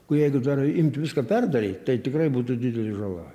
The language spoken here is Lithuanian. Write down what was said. o jeigu dar imt viską perdaryt tai tikrai būtų didelė žala